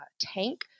tank